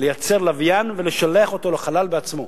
לייצר לוויין ולשלח אותו לחלל בעצמו,